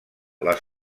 les